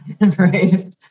Right